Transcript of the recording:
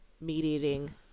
meat-eating